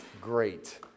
great